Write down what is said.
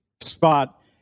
spot